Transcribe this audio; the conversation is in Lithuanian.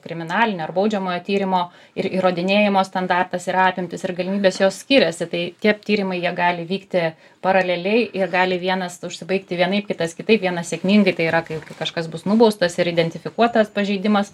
kriminalinio ar baudžiamojo tyrimo ir įrodinėjimo standartas yra apimtys ir galimybės jos skiriasi tai tie tyrimai jie gali vykti paraleliai ir gali vienas užsibaigti vienaip kitas kitaip vienas sėkmingai tai yra kai kai kažkas bus nubaustas ir identifikuotas pažeidimas